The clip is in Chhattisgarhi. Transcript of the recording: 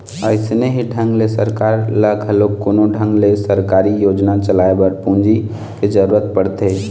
अइसने ही ढंग ले सरकार ल घलोक कोनो ढंग ले सरकारी योजना चलाए बर पूंजी के जरुरत पड़थे